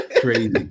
crazy